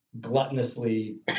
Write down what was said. gluttonously